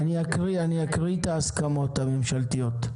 אני אקריא את ההסכמות הממשלתיות,